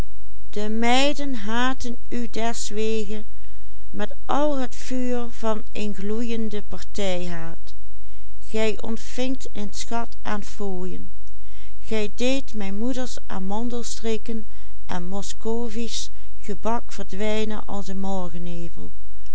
partijhaat gij ontvingt een schat aan fooien gij deedt mijn moeders amandelstrikken en moscovisch gebak verdwijnen als een